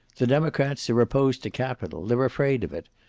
the democrats are opposed to capital. they're afraid of it.